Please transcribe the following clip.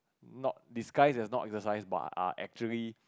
not disguised as not exercise but are actually